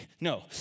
No